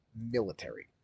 military